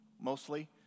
mostly